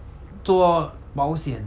做保险